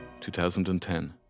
2010